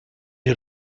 had